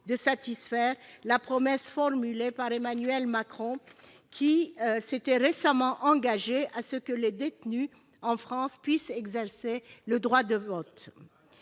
de satisfaire la promesse formulée par Emmanuel Macron, qui s'était récemment engagé à ce que les détenus en France puissent exercer le droit de vote.